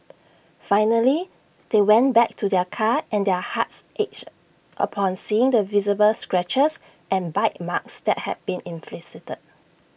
finally they went back to their car and their hearts ached upon seeing the visible scratches and bite marks that had been inflicted